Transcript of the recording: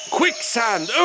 quicksand